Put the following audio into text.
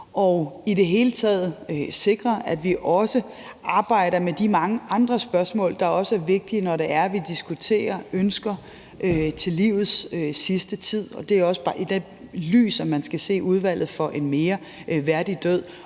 og i det hele taget sikre, at vi også arbejder med de mange andre spørgsmål, der også er vigtige, når det er, at vi diskuterer ønsker til livets sidste tid. Det er også bare i det lys, at man skal se Udvalget for en mere værdig død,